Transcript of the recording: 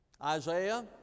Isaiah